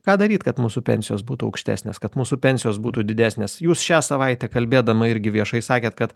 ką daryt kad mūsų pensijos būtų aukštesnės kad mūsų pensijos būtų didesnės jūs šią savaitę kalbėdama irgi viešai sakėt kad